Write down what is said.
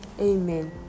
Amen